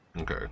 Okay